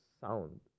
sound